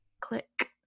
click